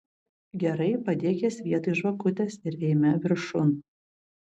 gerai padėk jas vietoj žvakutės ir eime viršun